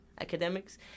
academics